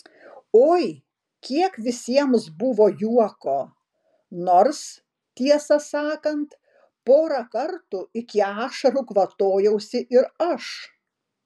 oi kiek visiems buvo juoko nors tiesą sakant porą kartų iki ašarų kvatojausi ir aš